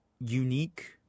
unique